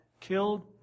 killed